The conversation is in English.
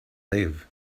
live